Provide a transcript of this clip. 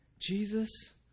Jesus